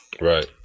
Right